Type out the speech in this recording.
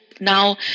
now